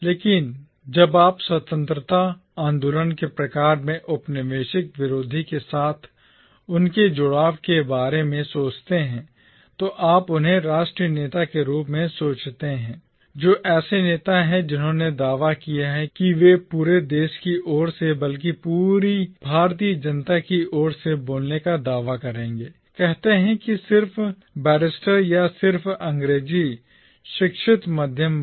लेकिन जब आप स्वतंत्रता आंदोलन के प्रकार में औपनिवेशिक विरोधी के साथ उनके जुड़ाव के बारे में सोचते हैं तो आप उन्हें राष्ट्रीय नेता के रूप में सोचते हैं जो ऐसे नेता हैं जिन्होंने दावा किया कि वे पूरे देश की ओर से बल्कि पूरी भारतीय जनता की ओर से बोलने का दावा करेंगे कहते हैं सिर्फ बैरिस्टर या सिर्फ अंग्रेजी शिक्षित मध्यवर्ग